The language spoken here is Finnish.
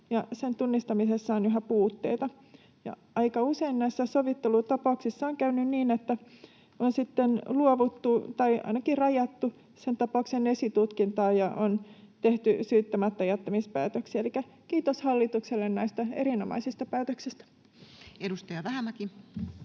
sen tunnistamisessa on yhä puutteita, ja aika usein näissä sovittelutapauksissa on käynyt niin, että on sitten luovuttu tai ainakin rajattu sen tapauksen esitutkintaa ja on tehty syyttämättäjättämispäätöksiä. Elikkä kiitos hallitukselle näistä erinomaisista päätöksistä. [Speech